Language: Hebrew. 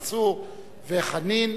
צרצור וחנין,